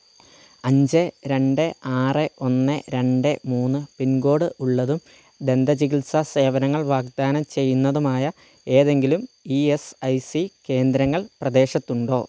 അഞ്ച് രണ്ട് ആറ് ഒന്ന് രണ്ട് മൂന്ന് പിൻകോഡ് ഉള്ളതും ദന്തചികിത്സാ സേവനങ്ങൾ വാഗ്ദാനം ചെയ്യുന്നതുമായ ഏതെങ്കിലും ഇ എസ് ഐ സി കേന്ദ്രങ്ങൾ പ്രദേശത്തുണ്ടോ